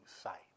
sight